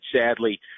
sadly